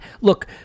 Look